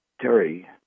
Terry